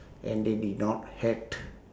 and they did not had